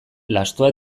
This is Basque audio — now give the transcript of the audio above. lastoa